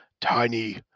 tiny